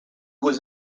was